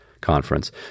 conference